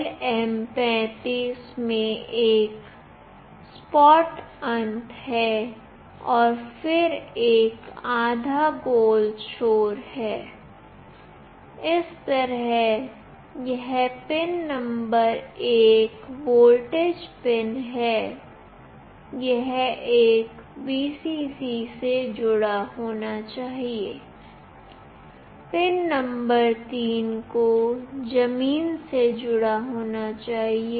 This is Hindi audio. LM35 में एक सपाट अंत है और फिर एक आधा गोल छोर है इस तरह यह पिन नंबर 1 वोल्टेज पिन है यह एक Vcc से जुड़ा होना चाहिए पिन नंबर 3 को जमीन से जुड़ा होना चाहिए